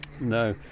No